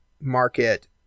market